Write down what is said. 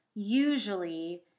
Usually